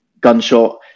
gunshot